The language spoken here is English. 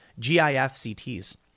GIFCTs